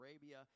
Arabia